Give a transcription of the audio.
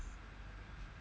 mm